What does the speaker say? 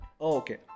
okay